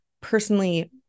personally